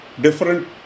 different